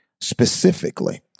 specifically